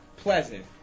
Pleasant